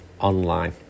online